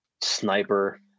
sniper